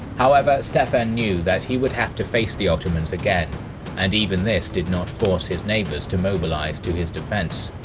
however, stephen and knew that he would have to face the ottomans again and even this did not force his neighbors to mobilize to his defense.